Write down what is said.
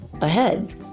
ahead